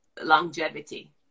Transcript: longevity